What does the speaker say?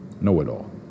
know-it-all